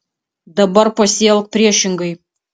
dabar pasielk priešingai